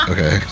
Okay